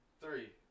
Three